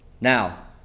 Now